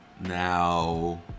now